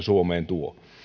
suomeen tuo